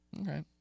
Okay